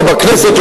לא בכנסת,